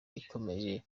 ikomeje